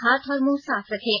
हाथ और मुंह साफ रखें